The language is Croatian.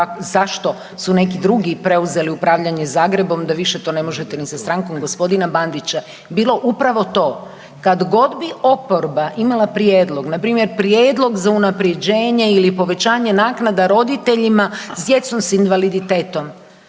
zašto su neki drugi preuzeli upravljanje Zagrebom da više to ne možete za stranku ni gospodina Bandića bilo upravo to kad god bi oporba imala prijedlog npr. prijedlog za unaprjeđenje ili povećanje naknada roditeljima s djecom s invaliditetom,